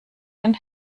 den